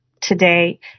today